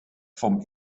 vom